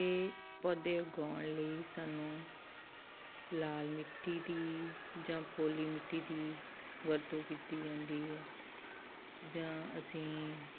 ਇਹ ਪੌਦੇ ਉਗਾਉਣ ਲਈ ਸਾਨੂੰ ਲਾਲ ਮਿੱਟੀ ਦੀ ਜਾਂ ਪੋਲੀ ਮਿੱਟੀ ਦੀ ਵਰਤੋਂ ਕੀਤੀ ਜਾਂਦੀ ਹੈ ਜਾਂ ਅਸੀਂ